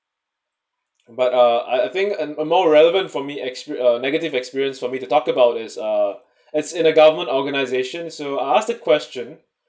but uh I I think and a more relevant for me exp~ uh negative experience for me to talk about is uh it's in a government organizations so I ask the question